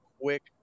quick